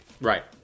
Right